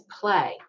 play